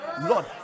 lord